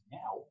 now